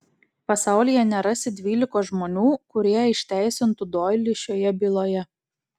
pasaulyje nerasi dvylikos žmonių kurie išteisintų doilį šioje byloje